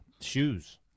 shoes